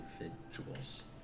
individuals